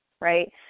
Right